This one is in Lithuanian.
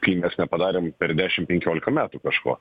kai mes nepadarėm per dešim penkiolika metų kažko